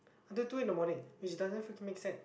until two in the morning which doesn't make sense